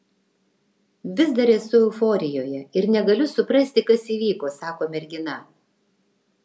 vis dar esu euforijoje ir negaliu suprasti kas įvyko sako mergina